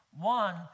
One